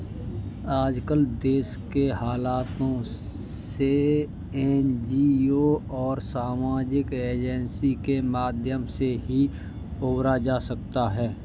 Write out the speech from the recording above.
आजकल देश के हालातों से एनजीओ और सामाजिक एजेंसी के माध्यम से ही उबरा जा सकता है